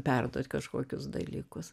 perduot kažkokius dalykus